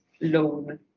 loan